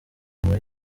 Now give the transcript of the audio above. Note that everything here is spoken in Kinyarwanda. muri